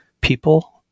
people